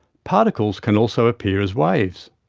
particles can also appear as waves.